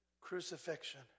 crucifixion